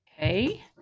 Okay